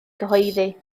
gyhoeddi